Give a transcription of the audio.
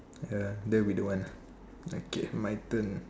ya that would be the one lah okay my turn